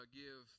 give